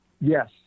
Yes